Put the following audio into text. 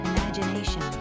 Imagination